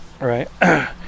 right